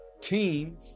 team